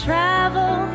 Travel